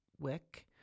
wick